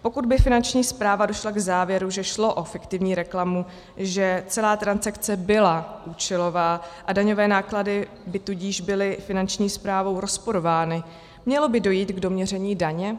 Pokud by Finanční správa došla k závěru, že šlo o fiktivní reklamu, že celá transakce byla účelová, a daňové náklady by tudíž byly Finanční správou rozporovány, mělo by dojít k doměření daně?